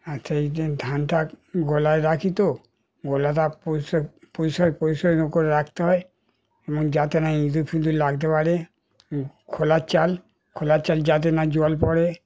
আচ্ছা এই যে ধানটা গোলায় রাখি তো গোলাটা পরিষ্কার পরিষ্কার পরিষ্কার করে রাখতে হয় এবং যাতে না ইঁদুর ফিদুর লাগতে পারে খোলার চাল খোলার চাল যাতে না জল পড়ে